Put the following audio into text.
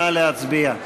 נא להצביע.